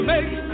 Make